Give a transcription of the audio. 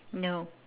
no